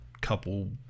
couple